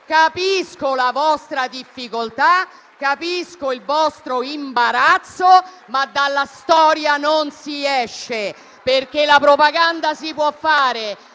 Capisco la vostra difficoltà, capisco il vostro imbarazzo, ma dalla storia non si esce, perché la propaganda si può fare,